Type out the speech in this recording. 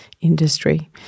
industry